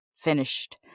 finished